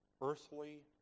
earthly